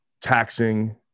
taxing